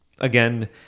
Again